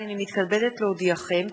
הנני מתכבדת להודיעכם,